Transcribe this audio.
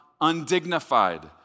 undignified